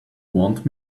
want